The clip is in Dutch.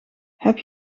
heb